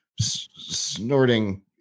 snorting